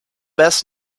best